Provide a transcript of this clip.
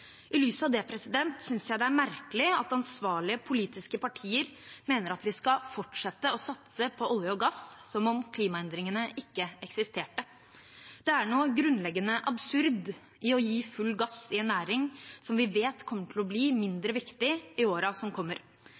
I lys av det synes jeg det er merkelig at ansvarlige politiske partier mener at vi skal fortsette å satse på olje og gass, som om klimaendringene ikke eksisterte. Det er noe grunnleggende absurd i å gi full gass i en næring som vi vet kommer til å bli mindre viktig i årene som kommer.